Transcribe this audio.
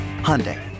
Hyundai